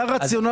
אני אשמח